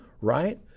right